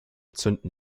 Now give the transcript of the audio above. zünden